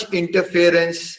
interference